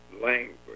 language